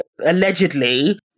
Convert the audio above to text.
allegedly